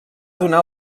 donar